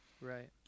Right